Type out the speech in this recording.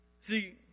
See